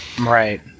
Right